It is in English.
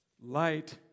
Light